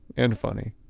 and funny.